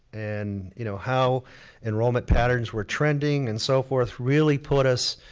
and you know how enrollment patterns were trending and so forth really put us